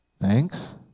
thanks